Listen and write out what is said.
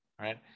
right